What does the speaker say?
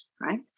right